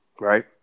Right